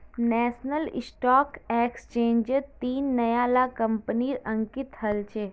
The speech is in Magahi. नेशनल स्टॉक एक्सचेंजट तीन नया ला कंपनि अंकित हल छ